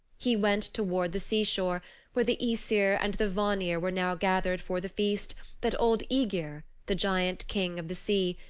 he went toward the seashore where the aesir and the vanir were now gathered for the feast that old aegir, the giant king of the sea,